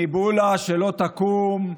ניבאו לה שלא תקום,